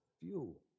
fuel